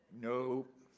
nope